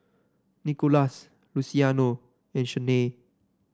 Nickolas Luciano and Shanae